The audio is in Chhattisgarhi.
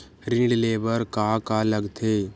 ऋण ले बर का का लगथे?